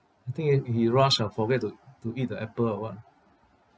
I think uh he rush ah forget to to eat the apple or what ah